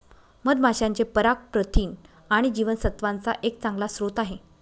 मधमाशांचे पराग प्रथिन आणि जीवनसत्त्वांचा एक चांगला स्रोत आहे